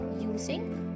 Using